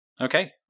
Okay